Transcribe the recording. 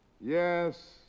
Yes